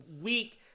week